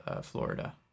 Florida